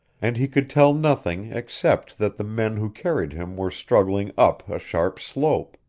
and he could tell nothing except that the men who carried him were struggling up a sharp slope.